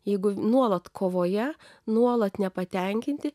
jeigu nuolat kovoje nuolat nepatenkinti